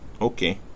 Okay